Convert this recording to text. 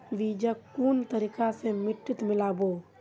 बीजक कुन तरिका स मिट्टीत मिला बो